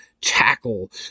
tackle